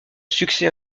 succès